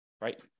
right